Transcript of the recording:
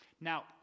Now